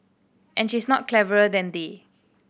and she is not cleverer than they